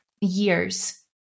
years